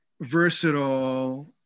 versatile